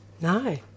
No